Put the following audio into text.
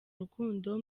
rukundo